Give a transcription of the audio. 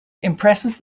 impresses